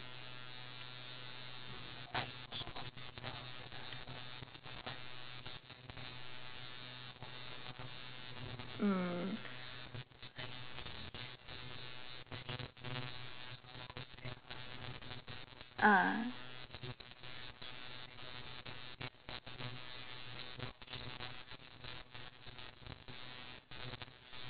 mm ah